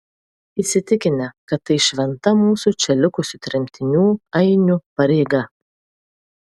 įsitikinę kad tai šventa mūsų čia likusių tremtinių ainių pareiga